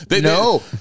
No